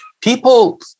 People